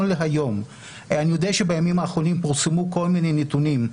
אני יודע שבימים האחרונים פורסמו כל מיני נתונים.